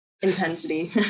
intensity